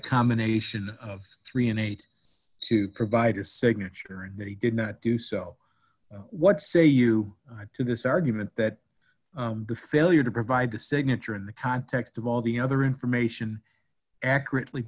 combination of three and eight to provide a signature that he did not do so what say you to this argument that failure to provide the signature in the context of all the other information accurately